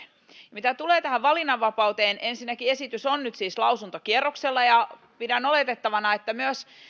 mitä tulee tähän valinnanvapauteen ensinnäkin esitys on nyt siis lausuntokierroksella ja pidän oletettavana että myös